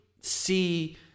see